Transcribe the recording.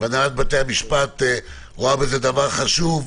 והנהלת בתי המשפט רואה בזה דבר חשוב,